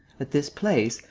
at this place,